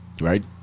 Right